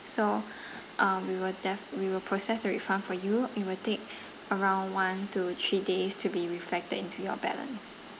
so uh we will def~ we will process the refund for you it will take around one to three days to be reflected into your balance